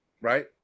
right